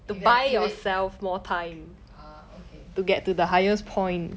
evacuate ah ok